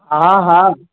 हा हा